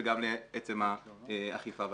וגם לעצם האכיפה והפיקוח.